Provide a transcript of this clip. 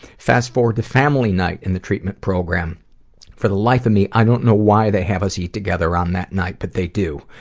fast forward to family night, in the treatment program for the life of me, i don't know why they have us eat together around that night, but they do.